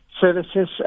services